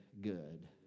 good